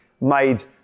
Made